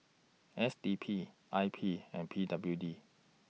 S D P I P and P W D